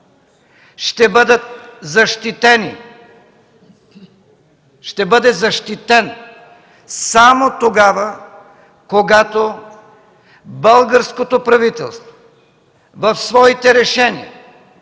граждани ще бъде защитен само тогава, когато българското правителство в своите решения